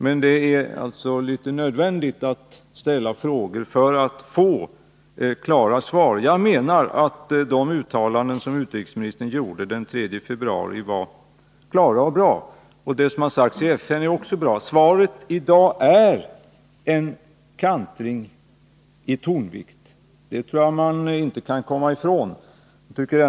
Men det är alltså nödvändigt att ställa frågor för att få klara svar. Jag menar att de uttalanden som utrikesministern gjorde den 3 februari var klara och bra, och det som har sagts i FN var också bra. Svaret i dag visar en kantring i tonvikten, det kan man inte komma ifrån.